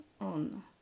on